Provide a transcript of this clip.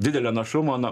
didelio našumo nu